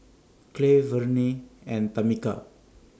Clay Verne and Tamika